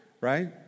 right